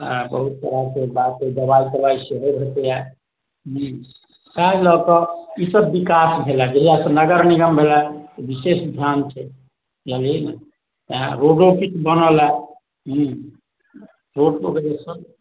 बहुत तरहकेँ बात अइ दवाइ तवाइ सेहो भेटैया हूँ ताहि लऽ कऽ ई सभ विकास भेलैया जहिआसँ नगर निगम भेलै विशेष ध्यान छै बुझलियै ने रोडो किछु बनल हँ रोड तोड ई सभ